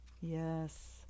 Yes